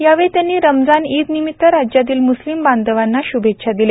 यावेळी त्यांनी रमजान ईद निमिताने राज्यातील मुस्लिम बांधवांना श्भेच्छा दिल्या